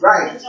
Right